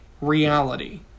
reality